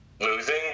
losing